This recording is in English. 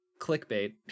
clickbait